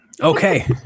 Okay